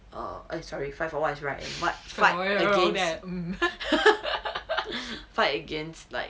err eh sorry fight for what is right what fight against like fight against like